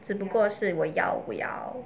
只不过是我要不要